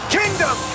kingdom